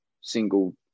single